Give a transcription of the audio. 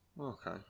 okay